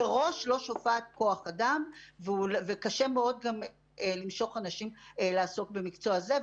מראש לא שופעת כוח אדם וקשה מאוד גם למשוך אנשים לעסוק במקצוע הזה.